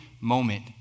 moment